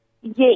yes